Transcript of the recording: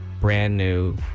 brand-new